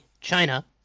China